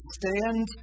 stand